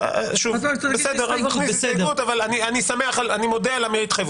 אני מודה על ההתחייבות.